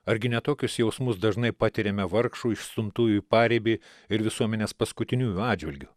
argi ne tokius jausmus dažnai patiriame vargšų išstumtųjų į paribį ir visuomenės paskutiniųjų atžvilgiu